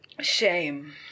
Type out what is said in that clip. Shame